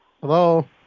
Hello